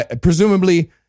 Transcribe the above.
presumably